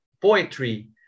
poetry